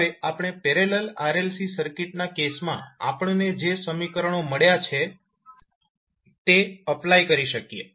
હવે આપણે parallel RLC સર્કિટના કેસમાં આપણને જે સમીકરણો મળ્યાં છે તે એપ્લાય કરી શકીએ છીએ